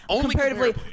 comparatively